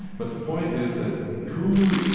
but the point is that, who,